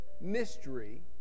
mystery